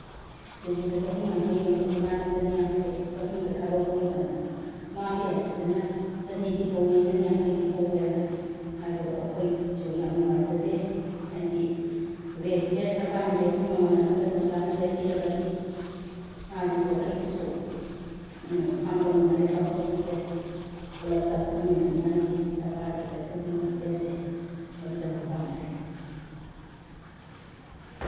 ꯀꯦ ꯖꯤꯗ ꯆꯍꯨꯝ ꯌꯥꯡꯈꯩ ꯌꯣꯟꯕꯁꯦ ꯃꯥꯅ ꯆꯅꯤ ꯌꯥꯡꯈꯩ ꯆꯍꯨꯝꯗ ꯊꯥꯗꯣꯛꯄ ꯃꯇꯝꯗ ꯃꯥꯒꯤ ꯑꯁꯤꯗꯅ ꯆꯅꯤ ꯄꯤꯍꯧꯋꯤ ꯆꯅꯤ ꯌꯥꯡꯈꯩ ꯄꯤꯍꯧꯋꯦꯅ ꯍꯥꯏꯕꯗꯣ ꯑꯩꯈꯣꯏꯁꯨ ꯌꯥꯝ ꯅꯨꯡꯉꯥꯏꯖꯗꯦ ꯍꯥꯏꯗꯤ ꯔꯦꯠꯁꯦ ꯁꯔꯀꯥꯔꯅ ꯂꯦꯞꯄ ꯃꯃꯜ ꯑꯃꯗ ꯆꯞ ꯆꯥꯅ ꯂꯦꯞꯄꯤꯔꯒꯗꯤ ꯃꯥꯒꯤꯁꯨ ꯑꯩꯒꯤꯁꯨ ꯐꯥꯝ ꯇꯧꯃꯤꯟꯅꯔꯤꯕ ꯑꯩꯈꯣꯏ ꯃꯁꯦꯜ ꯄꯨꯂꯞ ꯆꯥꯎꯈꯠꯃꯤꯟꯅꯅꯤꯉꯥꯏꯒꯤ ꯁꯔꯀꯥꯔꯗꯒꯤ ꯑꯁꯨꯒꯨꯝꯕ ꯃꯇꯦꯡꯁꯦ ꯂꯧꯖꯕ ꯄꯥꯝꯖꯩ